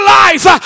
life